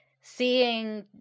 seeing